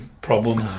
problem